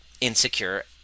insecure